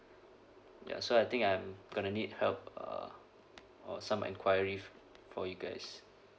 ya so I think I'm going to need help uh or some enquiries from you guys